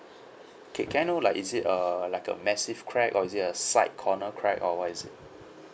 K can I know like is it a like a massive crack or is it a side corner crack or what is it